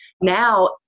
Now